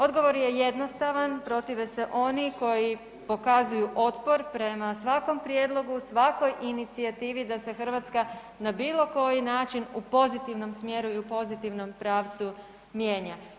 Odgovor je jednostavan, protive se oni koji pokazuju otpor prema svakom prijedlogu, svakoj inicijativi da se Hrvatska na bilo koji način u pozitivnom smjeru i u pozitivnom pravcu mijenja.